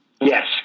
Yes